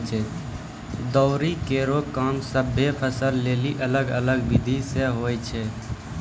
दौरी केरो काम सभ्भे फसल लेलि अलग अलग बिधि सें होय छै?